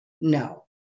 no